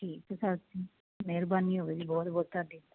ਠੀਕ ਹੈ ਸਰ ਜੀ ਮਿਹਰਬਾਨੀ ਹੋਵੇ ਜੀ ਬਹੁਤ ਬਹੁਤ ਤੁਹਾਡੀ